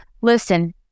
listen